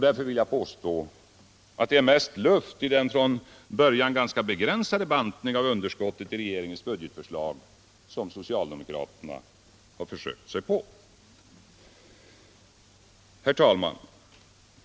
Därför vill jag påstå att det är mest luft i den från början ganska begränsade bantning av underskottet i regeringens budgetförslag som socialdemokraterna har försökt sig på. Herr talman!